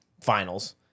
Finals